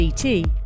CT